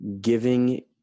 Giving